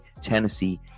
Tennessee